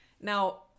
Now